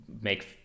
make